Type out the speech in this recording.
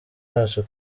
bacu